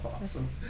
awesome